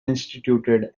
instituted